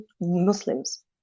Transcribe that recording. muslims